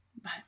bye